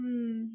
हम्म